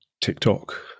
TikTok